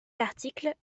l’article